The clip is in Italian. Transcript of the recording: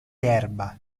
erba